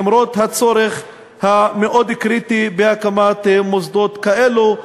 למרות הצורך המאוד-קריטי בהקמת מוסדות כאלה,